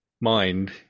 mind